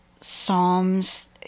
psalms